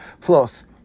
Plus